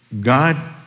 God